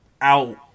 out